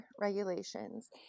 regulations